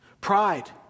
Pride